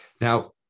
Now